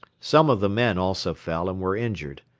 some of the men also fell and were injured.